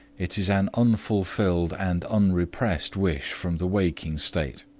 it is an unfulfilled and unrepressed wish from the waking state.